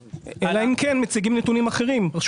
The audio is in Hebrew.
אלא אם כן רשות המסים מציגה נתונים אחרים.